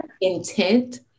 intent